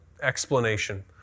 explanation